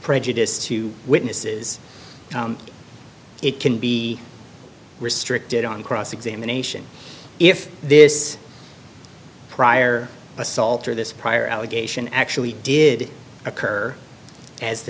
prejudice to witnesses it can be restricted on cross examination if this prior assault or this prior allegation actually did occur as the